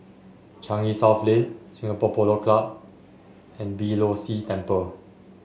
Changi South Lane Singapore Polo Club and Beeh Low See Temple